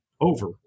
over